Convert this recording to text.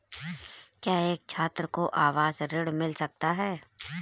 क्या एक छात्र को आवास ऋण मिल सकता है?